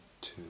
two